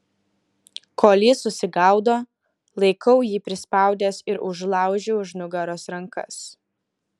kol jis susigaudo laikau jį prispaudęs ir užlaužiu už nugaros rankas